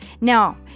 Now